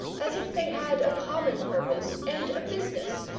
as if they had a common purpose and a business,